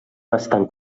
bastant